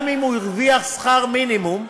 גם אם הוא הרוויח שכר מינימום,